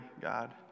God